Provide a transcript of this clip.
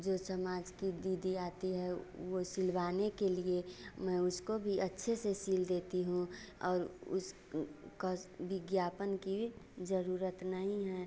जो समाज की दीदी आती है वह सिलवाने के लिए मैं उसको भी अच्छे से सिल देती हूँ और उस कस विज्ञापन की ज़रूरत नहीं है